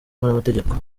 n’amategeko